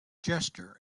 gesture